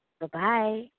Bye-bye